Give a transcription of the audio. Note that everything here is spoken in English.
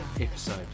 episode